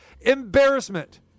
Embarrassment